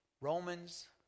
Romans